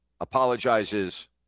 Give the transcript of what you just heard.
apologizes